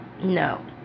No